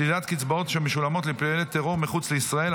(שלילת קצבאות שמשולמות לפעילי טרור מחוץ לישראל),